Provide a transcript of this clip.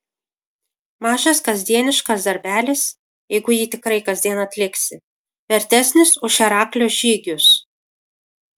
mažas kasdieniškas darbelis jeigu jį tikrai kasdien atliksi vertesnis už heraklio žygius